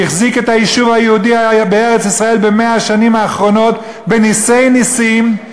החזיק את היישוב היהודי בארץ-ישראל ב-100 השנים האחרונות בנסי נסים,